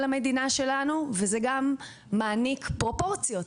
המדינה שלנו וזה גם מעניק פרופורציות,